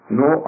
no